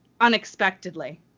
unexpectedly